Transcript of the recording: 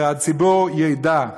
שהציבור ידע.